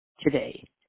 today